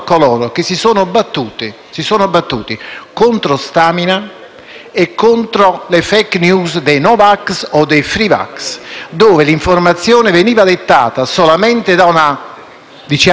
e contro le *fake news* dei *no vax* o dei *free vax*, dove l'informazione veniva dettata solamente da una informazione di basso profilo scientifico a livello